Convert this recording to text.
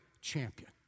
champion